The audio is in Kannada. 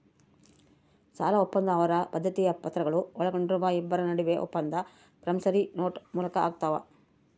ಸಾಲಒಪ್ಪಂದ ಅವರ ಬದ್ಧತೆಯ ಪತ್ರಗಳು ಒಳಗೊಂಡಿರುವ ಇಬ್ಬರ ನಡುವೆ ಒಪ್ಪಂದ ಪ್ರಾಮಿಸರಿ ನೋಟ್ ಮೂಲಕ ಆಗ್ತಾವ